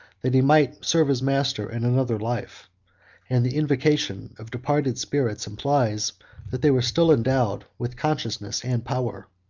that he might serve his master in another life and the invocation of departed spirits implies that they were still endowed with consciousness and power.